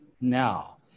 now